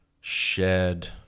shared